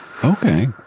Okay